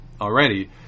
already